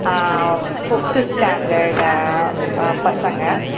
fifth standard பசங்கள்